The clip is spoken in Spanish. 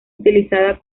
utilizada